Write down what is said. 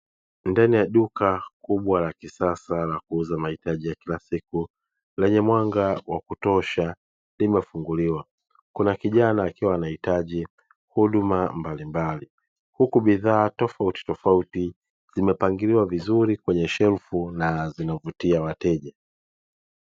Ndani ya duka kubwa la kisasa la kuuza mahitaji ya kila siku lenye mwanga wa kutosha limefunguliwa; kuna kijana akiwa anahitaji huduma mbalimbali, huku bidhaa tofautitofauti zimepangiliwa vizuri kwenye shelfu na zinavutia wateja.